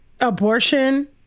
abortion